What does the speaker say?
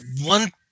One